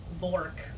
Vork